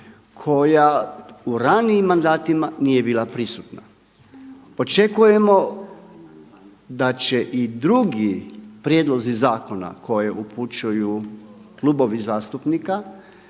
koja u ranijim mandatima nije bila prisutna. Očekujemo da će i drugi prijedlozi zakona koje upućuju klubovi zastupnika